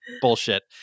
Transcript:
Bullshit